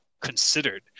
considered